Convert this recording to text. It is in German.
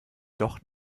doch